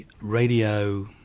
radio